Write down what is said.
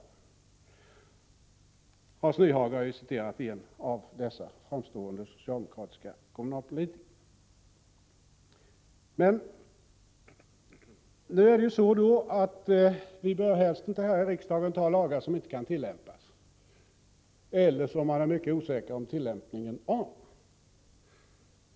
Hans Nyhage har citerat en av dessa framstående socialdemokratiska kommunalpolitiker. Vi bör här i riksdagen helst inte anta lagar som inte kan tillämpas eller som man är mycket osäker på tillämpningen av.